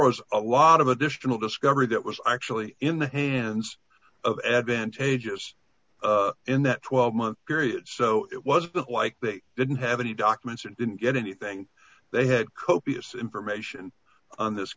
was a lot of additional discovery that was actually in the hands of advantages in that twelve month period so it was a bit like they didn't have any documents and didn't get anything they had copious information on this